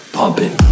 pumping